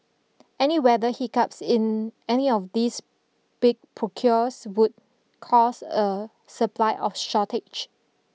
any weather hiccups in any of these big procures would cause a supply of shortage